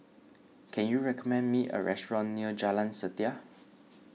can you recommend me a restaurant near Jalan Setia